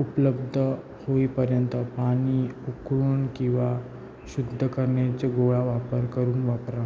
उपलब्ध होईपर्यंत पाणी उकळून किंवा शुद्ध करण्याच्या गोळा वापर करून वापरा